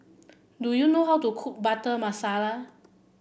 do you know how to cook Butter Masala